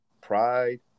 pride